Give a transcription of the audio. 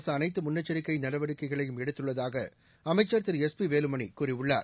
நிவர் புயலை முன்னெச்சரிக்கை நடவடிக்கைகளையும் எடுத்துள்ளதாக அமைச்சர் திரு எஸ் பி வேலுமணி கூறியுள்ளார்